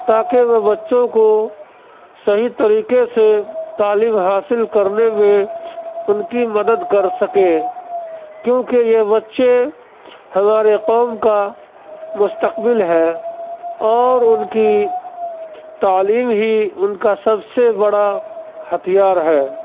تاکہ وہ بچوں کو صحیح طریقے سے تعلیم حاصل کرنے میں ان کی مدد کر سکے کیوں کہ یہ بچے ہمارے قوم کا مستقبل ہیں اور ان کی تعلیم ہی ان کا سب سے بڑا ہتھیار ہے